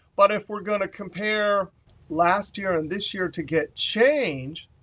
but if we're going to compare last year and this year to get change,